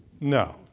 No